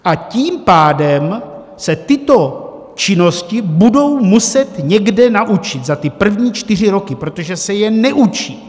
A tím pádem se tyto činnosti budou muset někde naučit za ty první čtyři roky, protože se je neučí.